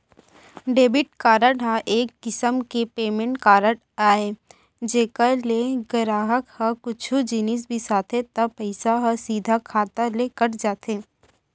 debit card ह एक किसम के पेमेंट कारड अय जेकर ले गराहक ह कुछु जिनिस बिसाथे त पइसा ह सीधा खाता ले कट जाथे